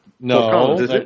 No